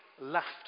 laughter